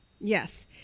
Yes